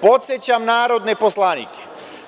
Podsećam narodne poslanike